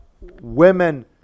women